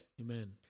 Amen